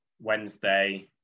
Wednesday